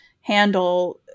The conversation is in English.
handle